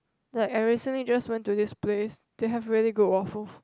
like I recently just went to this place to have really good waffles